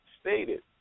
Stated